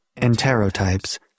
enterotypes